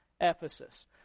Ephesus